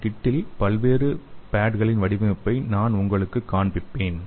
இந்த கிட்டில் பல்வேறு பேட்களின் வடிவமைப்பை நான் உங்களுக்குக் காண்பிப்பேன்